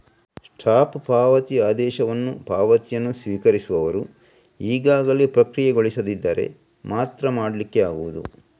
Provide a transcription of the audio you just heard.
stop ಪಾವತಿ ಆದೇಶವನ್ನ ಪಾವತಿಯನ್ನ ಸ್ವೀಕರಿಸುವವರು ಈಗಾಗಲೇ ಪ್ರಕ್ರಿಯೆಗೊಳಿಸದಿದ್ದರೆ ಮಾತ್ರ ಮಾಡ್ಲಿಕ್ಕೆ ಆಗುದು